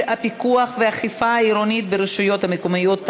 הפיקוח והאכיפה העירוניים ברשויות המקומיות (תעבורה),